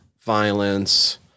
violence